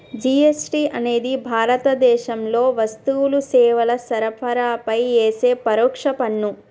GST అనేది భారతదేశంలో వస్తువులు, సేవల సరఫరాపై యేసే పరోక్ష పన్ను